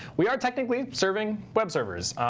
we are technically serving web servers.